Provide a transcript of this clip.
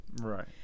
right